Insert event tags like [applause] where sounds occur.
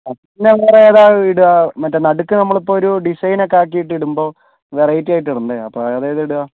[unintelligible] ഇടുക മറ്റേ നടുക്ക് നമ്മളിപ്പോൾ ഒരു ഡിസൈൻ ഒക്കെ ആക്കിയിട്ട് ഇടുമ്പോൾ വെറൈറ്റിയായിട്ട് ഇടണ്ടേ അപ്പോൾ അതേതാണ് ഇടുക